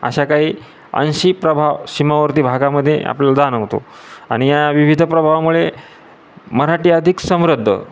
अशा काही अंशी प्रभाव सीमावर्ती भागामध्ये आपल्याला जाणवतो आणि या विविध प्रभावामुळे मराठी अधिक समृद्ध